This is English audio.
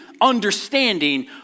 understanding